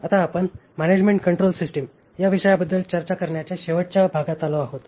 आता आपण management control system या विषयाबद्दल चर्चा करण्याच्या शेवटच्या भागात आलो आहोत